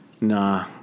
nah